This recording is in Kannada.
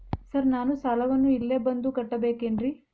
ಸರ್ ನಾನು ಸಾಲವನ್ನು ಇಲ್ಲೇ ಬಂದು ಕಟ್ಟಬೇಕೇನ್ರಿ?